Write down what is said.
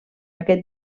aquest